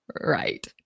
Right